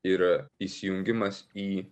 ir įsijungimas į